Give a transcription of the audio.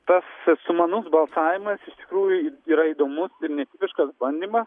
tas sumanus balsavimas iš tikrųjų yra įdomus ir netipiškas bandymas